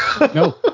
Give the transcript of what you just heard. No